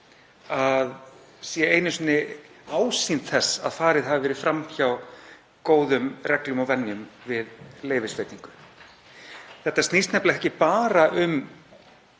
það sé einu sinni ásýnd þess að farið hafi verið fram hjá góðum reglum og venjum við leyfisveitingu. Þetta snýst nefnilega ekki bara um